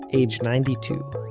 age ninety-two,